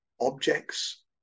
objects